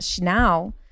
Now